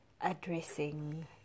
addressing